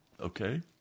okay